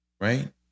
right